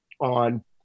on